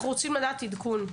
אנחנו רוצים לדעת עדכון,